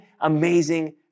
amazing